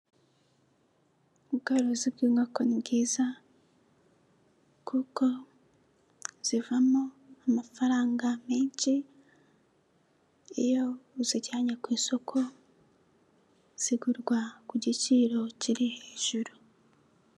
Ubwarozi bw'inkoko ni bwiza, kuko zivamo amafaranga menshi, iyo uzijyanye ku isoko zigurwa ku giciro kiri hejuru.